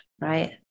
right